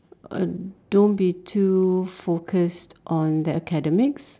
uh don't be too focused on the academics